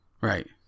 right